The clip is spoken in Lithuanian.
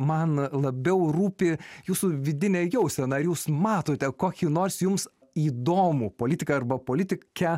man labiau rūpi jūsų vidinė jausena ar jūs matote kokį nors jums įdomų politiką arba politikę